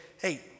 hey